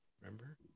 Remember